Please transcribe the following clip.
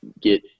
get